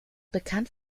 bekannt